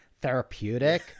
therapeutic